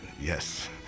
yes